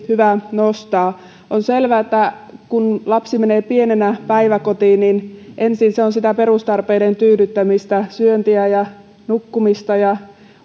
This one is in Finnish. hyvä nostaa on selvää että kun lapsi menee pienenä päiväkotiin niin ensin se on sitä perustarpeiden tyydyttämistä syöntiä ja nukkumista ja